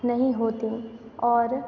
नहीं होती और